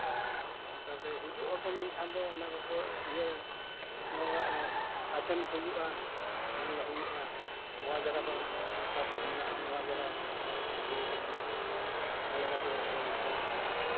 ᱟᱫᱚ ᱱᱚᱜᱼᱚ ᱱᱚᱝᱠᱟ ᱜᱮ ᱦᱤᱡᱩᱜ ᱟᱠᱚ ᱢᱮᱱᱠᱷᱟᱱ ᱫᱚ ᱚᱱᱟ ᱠᱚᱠᱚ ᱤᱭᱟᱹ ᱟᱥᱮᱱ ᱦᱩᱭᱩᱜᱼᱟ ᱧᱮᱞ ᱦᱩᱭᱩᱜᱼᱟ ᱱᱚᱣᱟ ᱡᱟᱜᱟ ᱫᱚ ᱱᱚᱝᱠᱟ ᱛᱮ ᱢᱮᱱᱟᱜᱼᱟ ᱱᱚᱣᱟ ᱡᱟᱭᱜᱟ ᱱᱚᱝᱠᱟᱛᱮ ᱵᱩᱨᱩ ᱠᱚ ᱢᱮᱱᱟᱜᱼᱟ ᱱᱚᱣᱟ ᱡᱟᱭᱜᱟ ᱫᱚ ᱠᱚ ᱢᱮᱱᱟᱜᱼᱟ